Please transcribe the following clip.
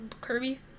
Kirby